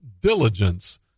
diligence